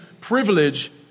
privilege